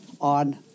On